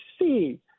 see